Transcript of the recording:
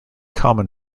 common